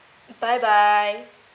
bye bye